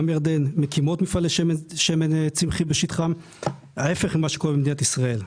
גם ירדן מקימות מפעלי שמן צמחי בשטחן - ההיפך ממה שקורה בישראל.